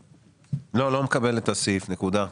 לא, לא מקבל את הסעיף, נקודה.